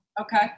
Okay